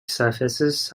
services